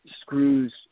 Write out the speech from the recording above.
screws